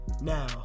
now